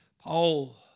Paul